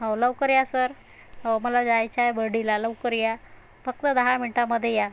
हो लवकर या सर हो मला जायचं आहे बर्डीला लवकर या फक्त दहा मिनटामध्ये या